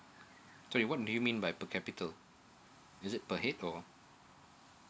so what do you mean by per capital is it per head or